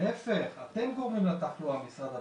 להיפך, אתם גורמים לתחלואה משרד הבריאות.